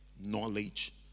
knowledge